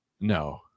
No